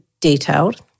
detailed